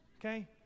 Okay